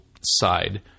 side